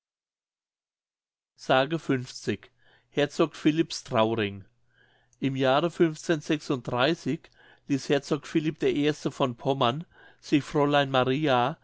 s herzog philipps trauring im jahre die herzog philipp i von pommern sich fräulein maria